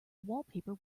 wallpaper